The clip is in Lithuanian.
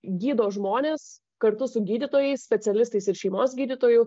gydo žmones kartu su gydytojais specialistais ir šeimos gydytoju